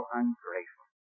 ungrateful